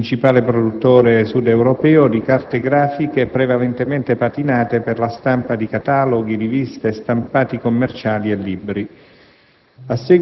Spa, principale produttore sud europeo di carte grafiche prevalentemente patinate per la stampa di cataloghi, riviste, stampati commerciali e libri.